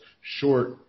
short